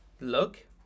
look